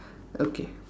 okay